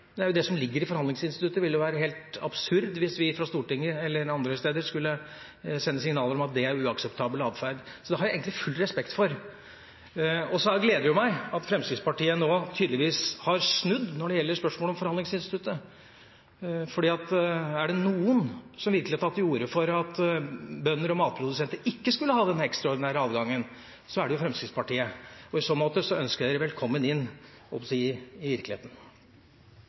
Det er jo det som ligger i forhandlingsinstituttet. Det ville være helt absurd hvis vi fra Stortinget – eller andre steder – skulle sende signaler om at det er uakseptabel adferd. Så det har jeg egentlig full respekt for. Så gleder det meg at Fremskrittspartiet nå tydeligvis har snudd når det gjelder spørsmålet om forhandlingsinstituttet, for er det noen som virkelig har tatt til orde for at bønder og matprodusenter ikke skulle ha denne ekstraordinære adgangen, er det jo Fremskrittspartiet. I så måte ønsker jeg dem velkommen inn – jeg holdt på å si – i virkeligheten.